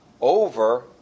over